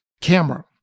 camera